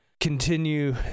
continue